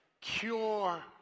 Cure